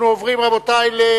אנחנו עוברים לחקיקה.